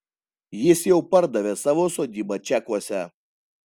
jis jau pardavė savo sodybą čekuose